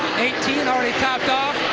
eighteen already topped off.